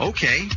Okay